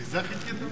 לזה חיכיתם?